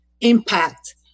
impact